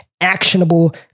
actionable